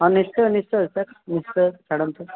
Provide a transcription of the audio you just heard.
ହଁ ନିଶ୍ଚୟ ନିଶ୍ଚୟ ସାର୍ ନିଶ୍ଚୟ ଛାଡ଼ନ୍ତୁ